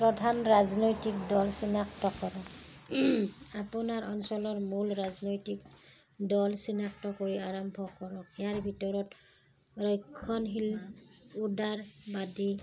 প্ৰধান ৰাজনৈতিক দল চিনাক্ত কৰা আপোনাৰ অঞ্চলৰ মূল ৰাজনৈতিক দল চিনাক্ত কৰি আৰম্ভ কৰক ইয়াৰ ভিতৰত ৰক্ষণশীল উদাৰবাদী